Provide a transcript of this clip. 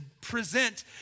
present